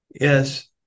Yes